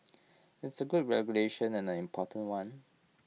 it's A good regulation and an important one